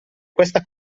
questa